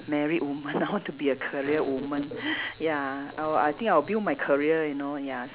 married woman I want to be a career woman ya I will I think I'll build my career you know ya